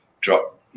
drop